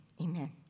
amen